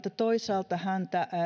toisaalta häntä